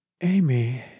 Amy